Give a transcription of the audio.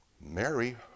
Mary